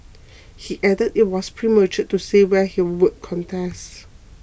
he added it was premature to say where he would contest